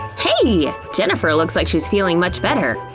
hey! jennifer looks like she's feeling much better.